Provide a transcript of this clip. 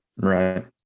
Right